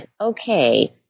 okay